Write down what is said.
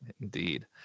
indeed